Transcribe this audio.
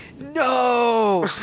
No